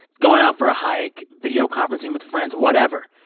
going out for a hike, video conferencing with friends, whatever.